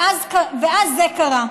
ואז זה קרה.